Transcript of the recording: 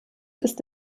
ist